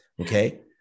okay